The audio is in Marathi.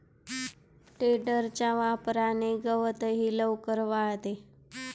टेडरच्या वापराने गवतही लवकर वाळते